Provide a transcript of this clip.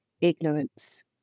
ignorance